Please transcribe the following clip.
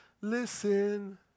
Listen